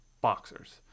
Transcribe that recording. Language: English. boxers